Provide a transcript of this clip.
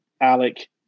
Alec